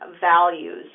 values